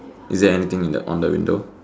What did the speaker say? is there anything in the on the window